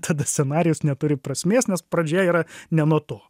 tada scenarijus neturi prasmės nes pradžia yra ne nuo to